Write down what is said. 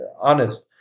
honest